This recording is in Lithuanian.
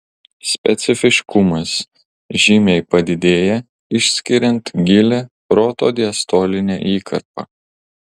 specifiškumas žymiai padidėja išskiriant gilią protodiastolinę įkarpą